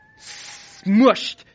smushed